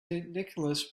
nicholas